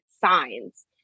signs